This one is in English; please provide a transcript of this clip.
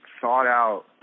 thought-out